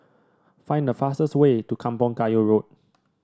find the fastest way to Kampong Kayu Road